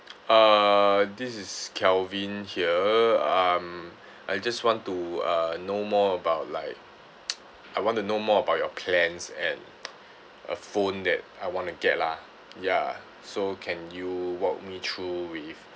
uh this is kelvin here um I just want to uh know more about like I want to know more about your plans and a phone that I want to get lah ya so can you walk me through with